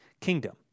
kingdom